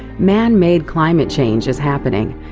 man-made climate change is happening.